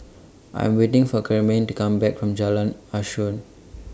I Am waiting For Karyme to Come Back from Jalan Asuhan